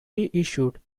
reissued